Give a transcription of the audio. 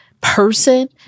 person